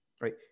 Right